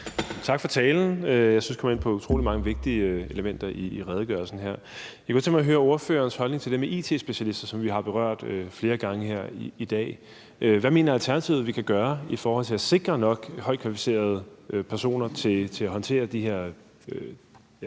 Tak for talen, som jeg synes kom ind på utrolig mange vigtige elementer i redegørelsen her. Jeg kunne godt tænke mig at høre ordførerens holdning til det med it-specialister, som vi har berørt flere gange her i dag. Hvad mener Alternativet vi kan gøre i forhold til at sikre nok højt kvalificerede personer til at håndtere de her